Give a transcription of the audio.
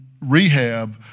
rehab